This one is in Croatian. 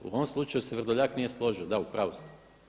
U ovom slučaju se Vrdoljak nije složio, da, u pravu ste.